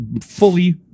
fully